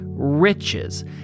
riches